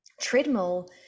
treadmill